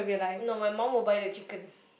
no my mum will buy the chicken